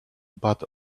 but